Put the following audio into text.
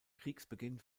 kriegsbeginn